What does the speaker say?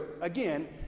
again